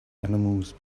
animals